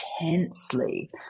intensely